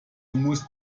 musst